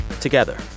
together